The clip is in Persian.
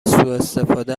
سوءاستفاده